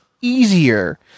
easier